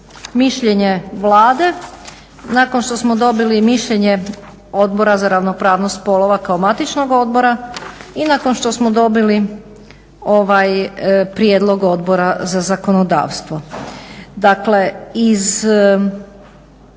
mišljenje Vlade nakon što smo dobili i mišljenje Odbora za ravnopravnost spolova kao matičnog odbora i nakon što smo dobili prijedlog Odbora za zakonodavstvo. Dakle, iz